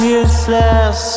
useless